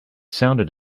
sounded